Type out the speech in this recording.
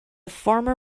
former